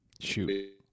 Shoot